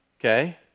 Okay